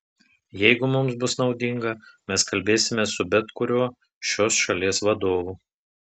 jeigu mums bus naudinga mes kalbėsimės su bet kuriuo šios šalies vadovu